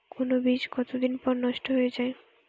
কোন বীজ কতদিন পর নষ্ট হয়ে য়ায়?